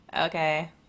okay